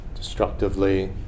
Destructively